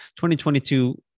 2022